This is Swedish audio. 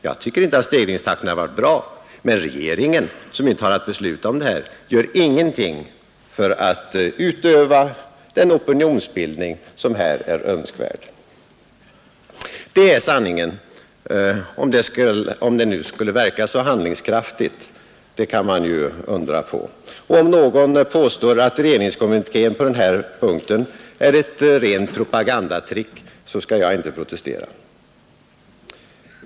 Jag tycker inte att stegringstakten har varit bra, men regeringen, som ju inte har att besluta om det här, gör ingenting för att utöva den opinionsbildning som är önskvärd. Det är sanningen om det som skulle verka så handlingskraftigt. Om någon påstår att regeringskommunikén på den här punkten är ett rent propagandatrick, så skall jag inte protestera.